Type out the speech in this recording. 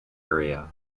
area